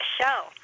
show